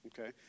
Okay